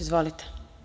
Izvolite.